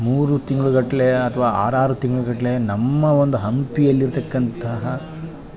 ಮೂರು ತಿಂಗ್ಳ್ಗಟ್ಟಲೆ ಅಥ್ವಾ ಆರಾರು ತಿಂಗ್ಳ್ಗಟ್ಲೆ ನಮ್ಮ ಒಂದು ಹಂಪಿಯಲ್ಲಿ ಇರ್ತಕ್ಕಂತಹ